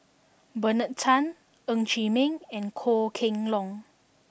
Bernard Tan Ng Chee Meng and Goh Kheng Long